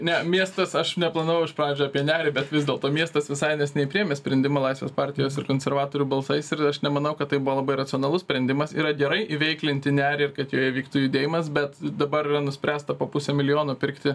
ne miestas aš neplanavau iš pradžių apie nerį bet vis dėlto miestas visai neseniai priėmė sprendimą laisvės partijos ir konservatorių balsais ir aš nemanau kad tai buvo labai racionalus sprendimas yra gerai įveiklinti nerį ir kad joje vyktų judėjimas bet dabar yra nuspręsta po pusę milijono pirkti